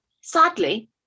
Sadly